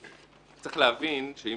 צריך להבין את